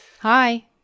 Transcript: Hi